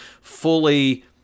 fully